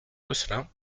gosselin